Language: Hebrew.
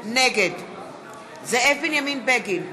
נגד זאב בנימין בגין,